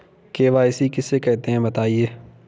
KYC किसे कहते हैं बताएँ?